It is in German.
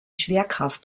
schwerkraft